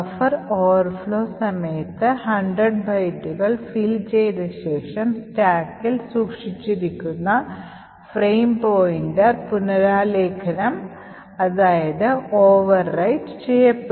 buffer overflow സമയത്ത് 100 ബൈറ്റുകൾ fill ചെയ്ത ശേഷം സ്റ്റാക്കിൽ സൂക്ഷിച്ചിരിക്കുന്ന ഫ്രെയിം പോയിന്റർ പുനരാലേഖനം ചെയ്യപ്പെടും